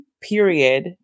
period